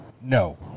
No